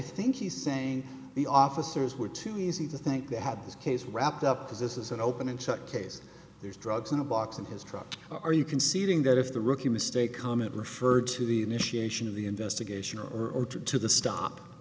think he's saying the officers were too easy to think they have this case wrapped up because this is an open and shut case there's drugs in a box in his truck are you conceding that if the rookie mistake comment referred to the initiation of the investigation or or to the stop